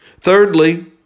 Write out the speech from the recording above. Thirdly